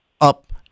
up